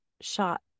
shot